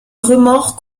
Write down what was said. remords